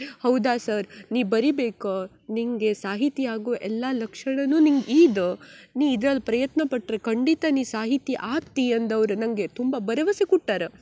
ಹೌದಾ ಸರ್ ನೀ ಬರಿಬೇಕು ನಿನಗೆ ಸಾಹಿತಿಯಾಗುವ ಎಲ್ಲ ಲಕ್ಷಣವೂ ನಿಂಗೆ ಇದ್ ನೀ ಇದ್ರಲ್ಲಿ ಪ್ರಯತ್ನಪಟ್ಟರೆ ಖಂಡಿತ ನೀ ಸಾಹಿತಿ ಆಗ್ತಿ ಅಂದವ್ರು ನನಗೆ ತುಂಬ ಭರವಸೆ ಕುಟ್ಟಾರು